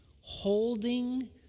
Holding